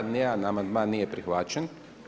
Nijedan amandman nije prihvaćen.